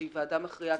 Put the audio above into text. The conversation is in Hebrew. שהיא ועדה מכריעה,